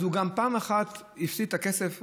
אז הוא פעם אחת הפסיד את הכסף,